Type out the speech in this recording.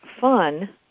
fun